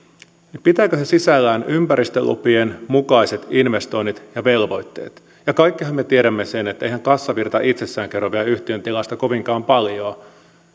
sisällään ympäristölupien mukaiset investoinnit ja velvoitteet kaikkihan me tiedämme sen että eihän kassavirta itsessään kerro vielä yhtiön tilasta kovinkaan paljon